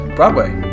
Broadway